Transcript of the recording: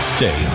Stay